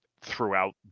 throughout